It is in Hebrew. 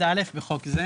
(א) בחוק זה